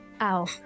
ow